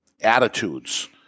attitudes